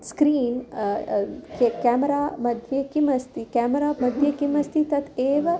screen के केमरामध्ये किम् अस्ति केमेरामध्ये किमस्ति तत् एव